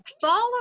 Follow